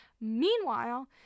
Meanwhile